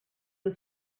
the